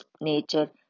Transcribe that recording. nature